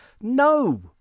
no